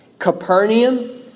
Capernaum